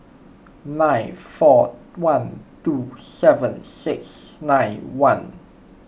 nine four one two seven six nine one